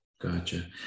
Gotcha